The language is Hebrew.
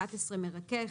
(11)מרכך,